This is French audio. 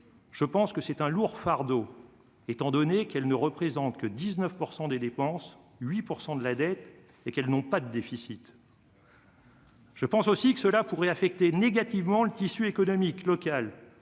c'est pour elles un lourd fardeau, étant donné qu'elles ne représentent que 19 % des dépenses, 8 % de la dette et qu'elles n'ont pas de déficit. Je pense aussi que cela pourrait affecter négativement le tissu économique local,